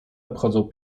obchodzą